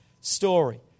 story